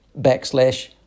backslash